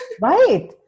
Right